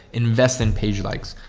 invest in page likes,